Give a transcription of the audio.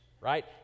right